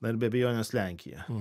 na ir be abejonės lenkija